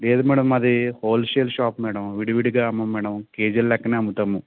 లేదు మేడం మాది wholesale shop madam విడివిడిగా అమ్మం మేడం కేజిలు లెక్కనే అమ్ముతాము